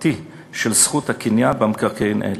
החוקתי של זכות הקניין במקרקעין אלה.